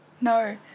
No